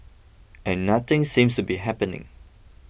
and nothing seems to be happening